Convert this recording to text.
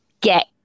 get